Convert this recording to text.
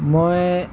মই